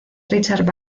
richard